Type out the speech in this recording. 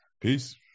Peace